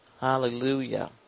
Hallelujah